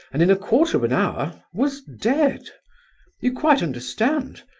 and in a quarter of an hour was dead you quite understand?